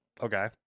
Okay